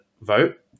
vote